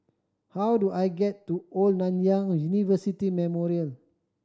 how do I get to Old Nanyang University Memorial